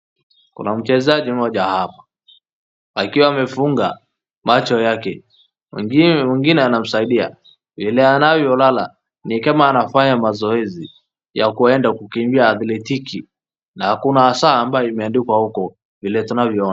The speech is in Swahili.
Kuna mchezaji mmoja hapa akiwa amefunga macho yake, mwiningine anamsaidia. Vile anavyolala ni kama anafanya mazoezi ya kuenda kukimbia athletiki na kuna saa ambayo imeandikwa huko vile tunavyoona.